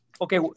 Okay